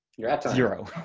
you're at zero.